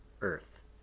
earth